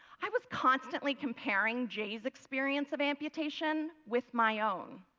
i was constantly comparing jay's experience of amputation with my own.